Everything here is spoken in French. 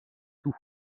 tout